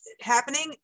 happening